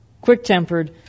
Quick-tempered